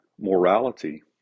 morality